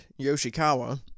Yoshikawa